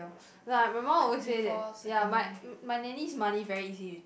like my mum always say that ya my my nanny's money very easy